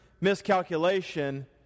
miscalculation